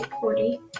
forty